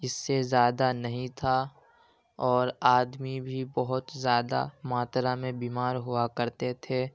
اس سے زیادہ نہیں تھا اور آدمی بھی بہت زیادہ ماترا میں بیمار ہوا کرتے تھے